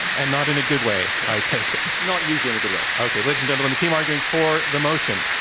and not in a good way, i take it? not usually in a good way. okay, ladies and gentlemen, the team arguing for the motion,